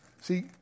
See